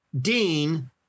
Dean